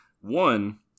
One